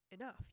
enough